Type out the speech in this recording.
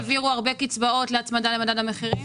זאת אומרת ב-2003 העבירו הרבה קצבאות להצמדה למדד המחירים?